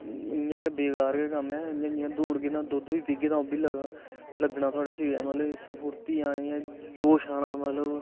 इयां गै बेकार गै कम्म ऐ इयां दौड़गे त दुद्ध बी पीगे तां ओह्वी लग्गना थुआढ़े शरिरे गी मतलब सफुर्ती आनी ऐ जोश आना मतलब